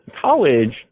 college